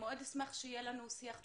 אשמח שיהיה לנו שיח פתוח.